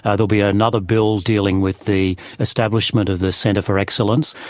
ah there'll be ah another bill dealing with the establishment of the centre for excellence,